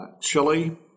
chili